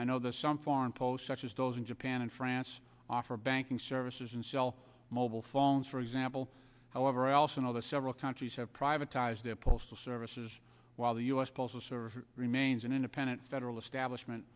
i know this some foreign posts such as those in japan and france offer banking services and sell mobile phones for example however i also know the several countries have privatized their postal services while the u s postal service remains an independent federal establishment